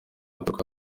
aturuka